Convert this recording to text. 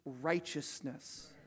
righteousness